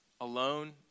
alone